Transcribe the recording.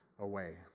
away